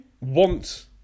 want